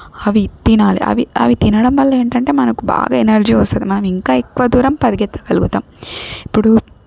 అవి తినాలే అవి అవి తినడం వల్ల ఏంటంటే మనకు బాగా ఎనర్జీ వస్తుంది మనం ఇంకా ఎక్కువ దూరం పరిగెత్తగలుగుతం ఇప్పుడు